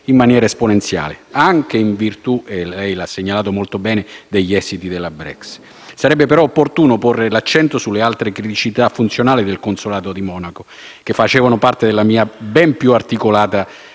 in maniera esponenziale, anche in virtù - lei l'ha segnalato molto bene - degli esiti della Brexit. Sarebbe, però, opportuno porre l'accento sulle altre criticità funzionali del consolato di Monaco che facevano parte della mia ben più articolata